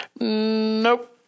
nope